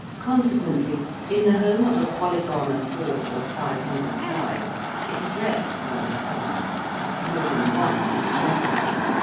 consequently in the home of a polygon of four or five hundred sides it is rare to find a son more than one is never seen.